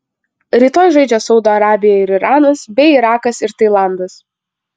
rytoj žaidžia saudo arabija ir iranas bei irakas ir tailandas